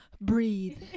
Breathe